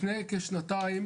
לפני כשנתיים